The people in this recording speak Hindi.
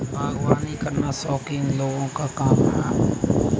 बागवानी करना शौकीन लोगों का काम है